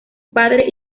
padre